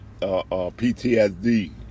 PTSD